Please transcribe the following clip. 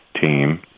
team